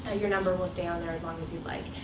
ah your number will stay on there as long as you like.